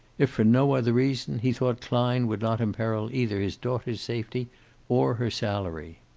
if for no other reason he thought klein would not imperil either his daughter's safety or her salary.